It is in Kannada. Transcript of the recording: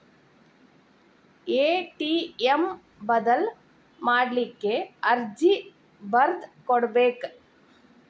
ಎ.ಟಿ.ಎಂ ಬದಲ್ ಮಾಡ್ಲಿಕ್ಕೆ ಅರ್ಜಿ ಬರ್ದ್ ಕೊಡ್ಬೆಕ